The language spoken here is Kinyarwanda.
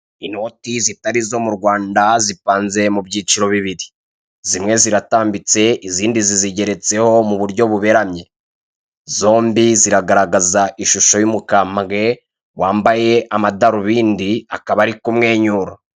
Inoti zitari izo mu Rwanda zipanze mu byiciro bibiri, zimwe ziratambitse, izindi zizigeretseho mu buryo buberamye, zombi ziragaragaza ishusho y'umukambwe wambaye amadarubindi akaba arikumwenyura.